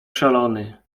szalony